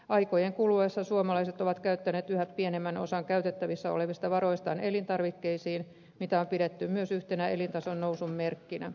aikojen kuluessa suomalaiset ovat käyttäneet yhä pienemmän osan käytettävissä olevista varoistaan elintarvikkeisiin mitä on pidetty myös yhtenä elintason nousun merkkinä